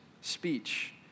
speech